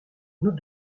nous